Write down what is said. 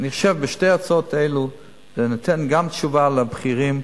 נשב בשתי ההצעות האלה וניתן גם תשובה לבכירים,